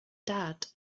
dad